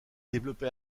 développé